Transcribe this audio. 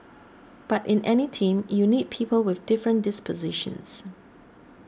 but in any team you need people with different dispositions